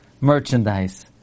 merchandise